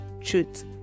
Truth